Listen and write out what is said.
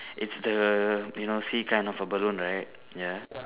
its the you know sea kind of a balloon right ya